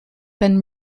been